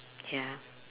ya